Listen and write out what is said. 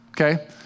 okay